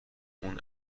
اون